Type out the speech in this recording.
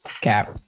Cap